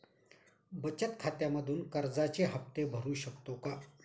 बचत खात्यामधून कर्जाचे हफ्ते भरू शकतो का?